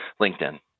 LinkedIn